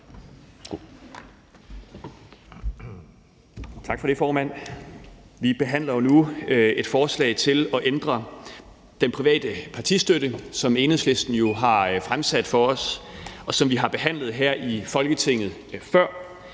Tak for det, formand. Vi behandler nu et forslag om at ændre den private partistøtte, som Enhedslisten jo har fremsat, og som vi har behandlet her i Folketinget før.